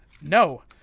No